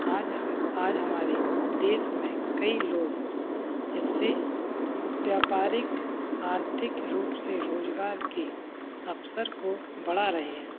आज हम आज हमारे देश में कई लोग इससे व्यापारिक आर्थिक रूप से रोज़गार के अवसर को बड़ा रहे हैं